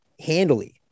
handily